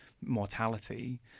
mortality